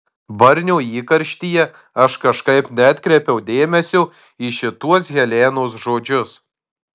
barnio įkarštyje aš kažkaip neatkreipiau dėmesio į šituos helenos žodžius